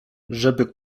żeby